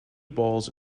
balls